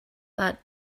but